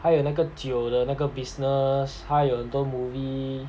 他有那个酒的那个 business 他有很多 movie